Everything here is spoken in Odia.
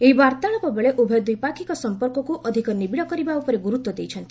ଏହି ବାର୍ଭାଳାପ ବେଳେ ଉଭୟ ଦ୍ୱିପାକ୍ଷିକ ସଂପର୍କକ୍ ଅଧିକ ନିବିଡ଼ କରିବା ଉପରେ ଗୁରୁତ୍ୱ ଦେଇଛନ୍ତି